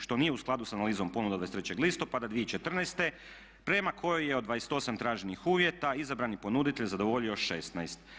Što nije u skladu s analizom ponude od 23. listopada 2014. prema kojoj je od 28 traženih uvjeta izabrani ponuditelj zadovoljio 16.